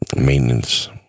maintenance